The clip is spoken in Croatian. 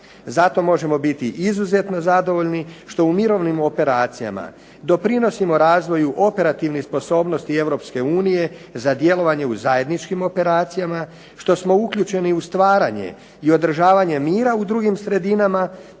Zato možemo biti izuzetno zadovoljni što u mirovnim operacijama doprinosimo razvoju operativnih sposobnosti Europske u nije za djelovanje u zajedničkim operacijama što smo uključeni u stvaranje i održavanje mira u drugim sredinama